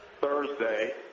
Thursday